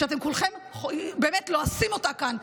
שאתם כולכם באמת לועסים אותה כאן,